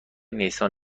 نیسان